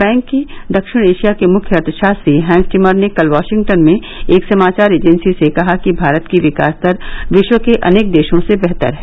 bank की दक्षिण Asia के मुख्य अर्थशास्त्री हैंस टिमर ने कल वाशिंगटन में एक समाचार एजेंसी से कहा कि भारत की विकास दर विश्व के अनेक देशों से बेहतर है